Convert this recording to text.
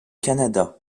canada